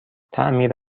تعمیر